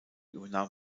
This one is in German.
übernahm